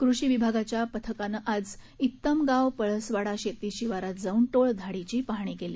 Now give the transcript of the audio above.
कृषी विभागाच्या पथकानं आज ईत्तम गाव पळसवाडा शेती शिवारात जाऊन टोळ धाडीची पाहणी केली